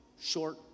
short